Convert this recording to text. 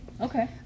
okay